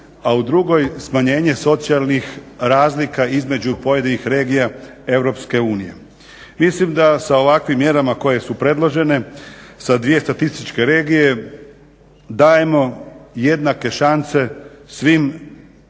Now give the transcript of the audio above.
a u drugoj smanjenje socijalnih razlika između pojedinih regija EU. Mislim da sa ovakvim mjerama koje su predložene, sa dvije statističke regije dajemo jednake šanse svim dijelovima